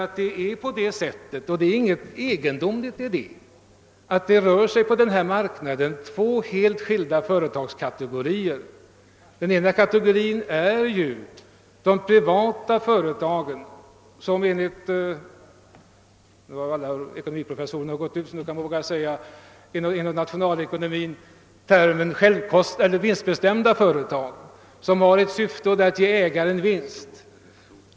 Det förhåller sig nämligen så — och det ligger ingenting egendomligt i detta att det på den här marknaden finns två helt skilda företagskategorier. Den ena kategorin är de privata företagen — alla ekonomiprofessorer har gått ut så nu vågar jag tala i en sådan här fråga — och de är enligt nationalekonomin vinstbestämda och har ett syfte, nämligen att ge ägaren vinst.